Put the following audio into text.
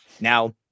Now